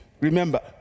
remember